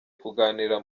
kuganira